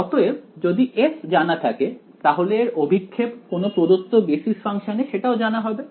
অতএব যদি f জানা থাকে তাহলে এর অভিক্ষেপ কোনও প্রদত্ত বেসিস ফাংশনে সেটাও জানা হবে